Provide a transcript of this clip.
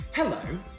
Hello